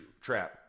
trap